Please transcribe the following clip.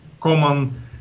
common